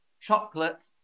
Chocolate